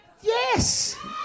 Yes